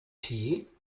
tee